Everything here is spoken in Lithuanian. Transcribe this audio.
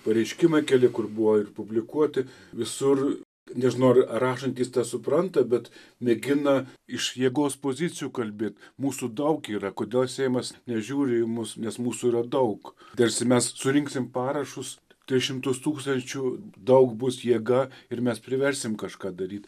pareiškimai keli kur buvo ir publikuoti visur nežinau ar rašantys tą supranta bet mėgina iš jėgos pozicijų kalbėt mūsų daug yra kodėl seimas nežiūri į mus nes mūsų yra daug tarsi mes surinksim parašus tris šimtus tūkstančių daug bus jėga ir mes priversim kažką daryt